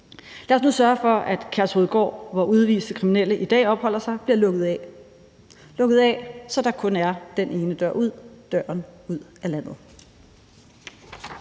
Lad os nu sørge for, at Kærshovedgård, hvor udviste kriminelle i dag opholder sig, bliver lukket af, så der kun er den ene dør ud: døren ud af landet.